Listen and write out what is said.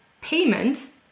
payment